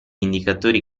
indicatori